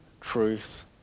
truth